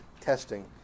testing